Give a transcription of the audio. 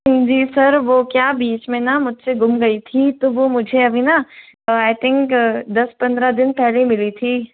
जी sir वो क्या बीच में ना मुझसे गुम गई थी तो वो मुझे अभी ना आई थिंक दस पंद्रह दिन पहले मिली थी